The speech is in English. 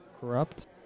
corrupt